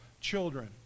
children